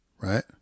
right